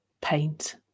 paint